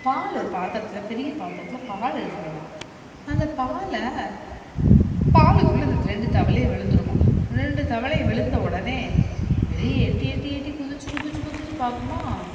பால் ஒரு பாத்திரத்தில் பெரிய பாத்திரத்தில் பால் இருந்து தான் அந்த பால பாலுக்குள்ளே அந்த ரெண்டு தவளையும் விழுந்துருமாம் ரெண்டு தவளையும் விழுந்த உடனே வெளியே எட்டி எட்டி எட்டி குதிச்சு குதிச்சு குதிச்சு பார்க்குமா